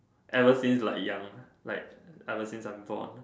ever since like young like ever since I am born